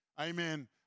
Amen